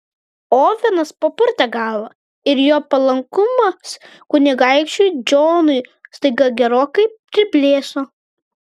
ovenas papurtė galvą ir jo palankumas kunigaikščiui džonui staiga gerokai priblėso